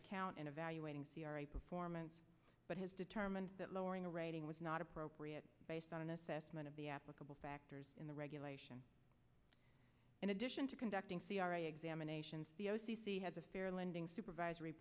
account in evaluating c r a performance but has determined that lowering a rating was not appropriate based on an assessment of the applicable factors in the regulation in addition to conducting c r a examinations the o c c has a fair lending supervisory